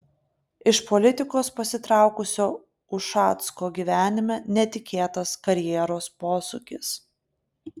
iš politikos pasitraukusio ušacko gyvenime netikėtas karjeros posūkis